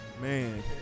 Man